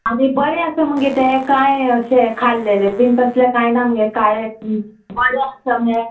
आनी बरें आसा मगे ते कांय अशें खाल्लेले बीन तसले कांय ना मगे काळे बरें आसा मगे